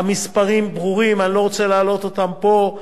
המספרים ברורים, אני לא רוצה להעלות אותם פה,